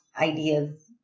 ideas